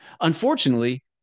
Unfortunately